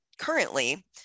currently